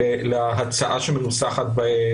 וכלה בחופש ביטוי,